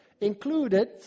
included